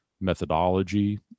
methodology